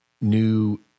new